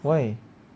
why